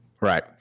Right